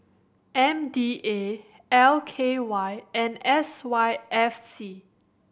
M D A L K Y and S Y F C